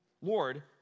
Lord